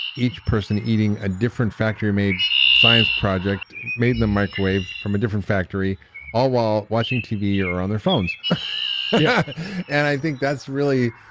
person eating a different factory made science project made in the microwave from a different factory all while watching tv or on their phones yeah and i think that's really.